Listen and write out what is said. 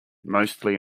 mostly